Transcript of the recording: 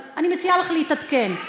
אבל אני מציעה לך להתעדכן.